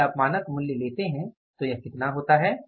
यदि आप मानक मूल्य लेते हैं तो यह कितना होता है